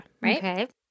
Right